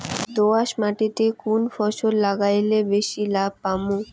দোয়াস মাটিতে কুন ফসল লাগাইলে বেশি লাভ পামু?